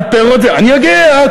על פירות, אני יודע.